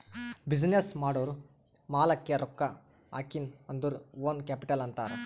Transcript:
business ಮಾಡೂರ್ ಮಾಲಾಕ್ಕೆ ರೊಕ್ಕಾ ಹಾಕಿನ್ ಅಂದುರ್ ಓನ್ ಕ್ಯಾಪಿಟಲ್ ಅಂತಾರ್